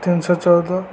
ତିନିଶହ ଚଉଦ